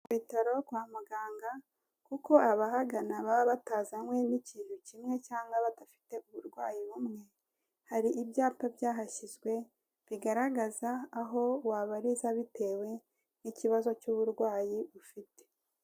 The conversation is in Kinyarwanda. Ku bitaro kwa muganga kuko abahagana baba batazwane n'ikintu kimwe cyangwa badafite uburwayi bumwe, hari ibyapa byahasizwe bigaragaza aho wabariza bitewe n'ikibazo cy'uburwayi ufite.